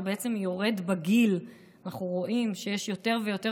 שיורד הגיל: אנחנו רואים שיש יותר ויותר